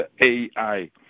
AI